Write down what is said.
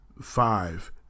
five